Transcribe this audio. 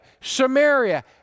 Samaria